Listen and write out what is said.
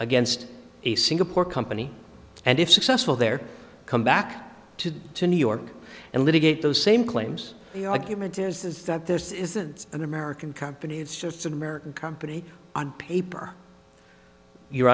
against a singapore company and if successful there come back to new york and litigate those same claims the argument is that this isn't an american company it's just an american company on paper you